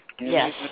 Yes